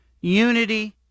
unity